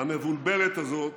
המבולבלת הזאת